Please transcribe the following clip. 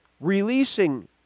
releasing